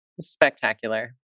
Spectacular